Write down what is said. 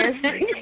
Yes